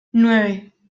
nueve